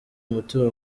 umutima